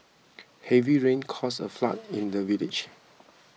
heavy rains caused a flood in the village